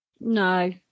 No